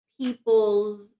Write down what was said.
people's